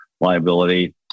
liability